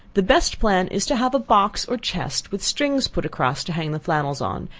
the best plan is to have a box or chest, with strings put across to hang the flannels on,